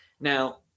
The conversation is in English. Now